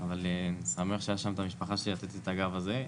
אבל אני שמח שהיה שם את המשפחה שלי לתת לי את הגב הזה.